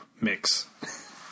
mix